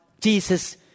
Jesus